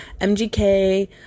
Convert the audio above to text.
MGK